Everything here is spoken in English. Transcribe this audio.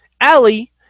Allie